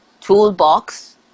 toolbox